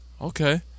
Okay